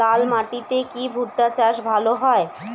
লাল মাটিতে কি ভুট্টা চাষ ভালো হয়?